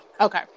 Okay